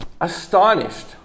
astonished